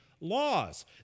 laws